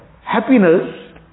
happiness